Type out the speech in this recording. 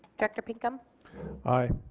director pinkham aye.